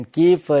give